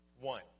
One